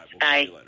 Bye